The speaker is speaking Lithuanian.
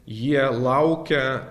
jie laukia